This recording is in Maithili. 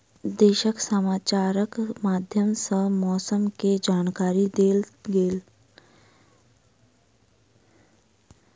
देशक समाचारक माध्यम सॅ मौसम के जानकारी देल गेल